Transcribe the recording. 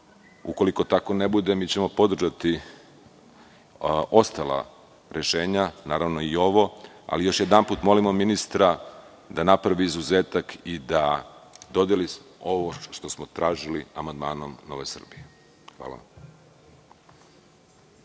ukoliko tako ne bude mi ćemo podržati ostala rešenja, naravno i ovo, ali još jedanput molimo ministra da napravi izuzetak i da dodeli ovo što smo tražili amandmanom Nove Srbije. Hvala